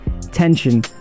tension